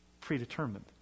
predetermined